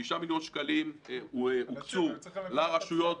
6 מיליון שקלים הוקצו לרשויות,